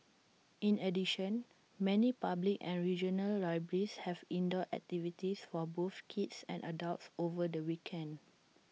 in addition many public and regional libraries have indoor activities for both kids and adults over the weekend